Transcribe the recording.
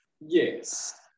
Yes